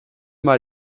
mal